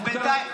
בדיוק.